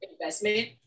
investment